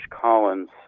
Collins